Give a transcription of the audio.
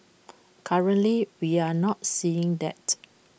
currently we are not seeing that